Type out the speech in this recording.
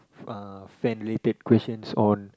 uh fan related questions on